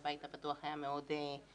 והבית הפתוח היה מאוד שותף